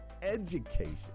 education